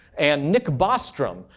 and nick bostrom,